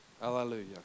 Hallelujah